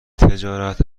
تجارت